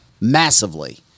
massively